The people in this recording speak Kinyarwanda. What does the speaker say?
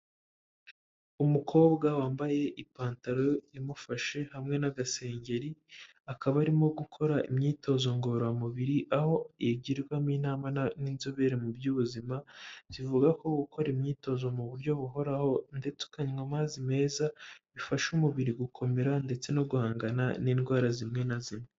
Umukobwa wambaye ipantaro imufashe hamwe n'agasengeri, akaba arimo gukora imyitozo ngororamubiri, aho igirwamo inama n'inzobere mu by'ubuzima, zivuga ko gukora imyitozo mu buryo buhoraho ndetse ukanywa amazi meza, bifasha umubiri gukomera ndetse no guhangana n'indwara zimwe na zimwe.